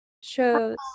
shows